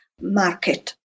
market